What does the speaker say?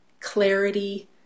clarity